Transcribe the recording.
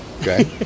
Okay